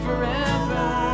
Forever